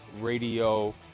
radio